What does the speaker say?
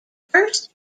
first